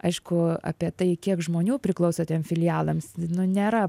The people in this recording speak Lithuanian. aišku apie tai kiek žmonių priklausė tiem filialams nu nėra